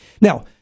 Now